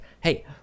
hey